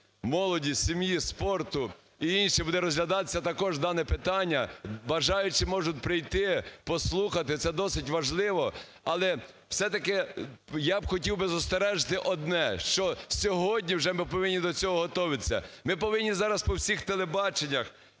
молоді, сім'ї, спорту і інше буде розглядатися також дане питання, бажаючі можуть прийти, послухати, це досить важливо. Але все-таки я б хотів би застережити одне, що сьогодні вже ми повинні до цього готовитися. Ми повинні зараз по всіх телебаченнях,